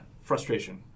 frustration